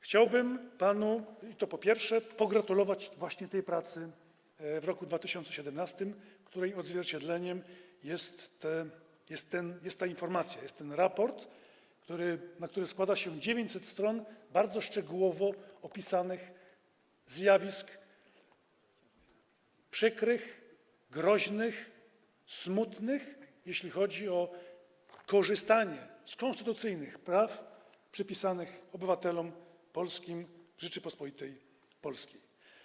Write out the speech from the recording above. Chciałbym panu, po pierwsze, pogratulować pracy w roku 2017, której odzwierciedleniem jest ta informacja, jest ten raport, na który składa się 900 stron bardzo szczegółowo opisanych zjawisk przykrych, groźnych, smutnych, jeśli chodzi o korzystanie z konstytucyjnych praw przypisanych obywatelom polskim, Rzeczypospolitej Polskiej.